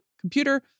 computer